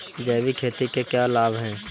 जैविक खेती के क्या लाभ हैं?